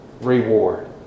reward